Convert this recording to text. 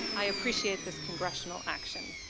i appreciate this congressional action.